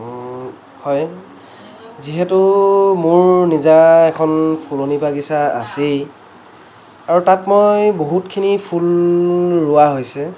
হয় যিহেতু মোৰ নিজা এখন ফুলনি বাগিছা আছেই আৰু তাত মই বহুতখিনি ফুল ৰুৱা হৈছে